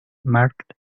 marked